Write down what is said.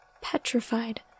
petrified